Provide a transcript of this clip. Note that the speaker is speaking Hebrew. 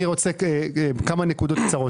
אני רוצה להעלות כמה נקודות קצרות.